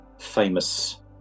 famous